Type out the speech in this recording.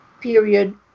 period